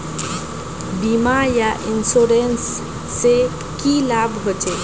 बीमा या इंश्योरेंस से की लाभ होचे?